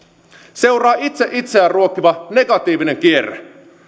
seuraa itse itseään ruokkiva negatiivinen kierre